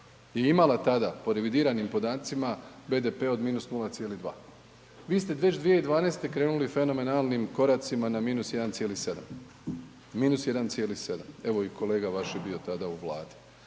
je imala tada po revidiranim podacima BDP od -0,2, vi ste već 2012. krenuli fenomenalnim koracima na -1,7, -1,7, evo i kolega vaš je bio tada u Vladi.